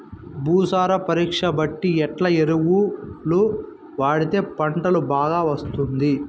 భూసార పరీక్ష బట్టి ఎట్లా ఎరువులు వాడితే పంట బాగా వస్తుంది?